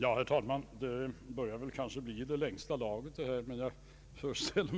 Det är just det jag säger.)